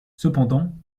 cependant